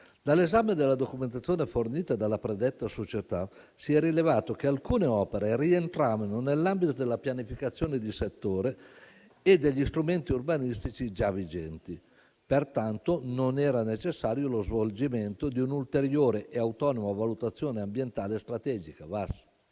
Dall'esame della documentazione fornita dalla predetta società, si è rilevato che alcune opere rientravano nell'ambito della pianificazione di settore e degli strumenti urbanistici già vigenti. Pertanto non era necessario lo svolgimento di un'ulteriore e autonoma valutazione ambientale strategica